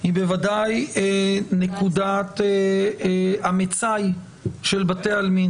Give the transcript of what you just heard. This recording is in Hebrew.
היא בוודאי מצאי בתי העלמין.